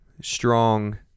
strong